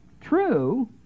true